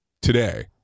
today